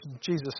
Jesus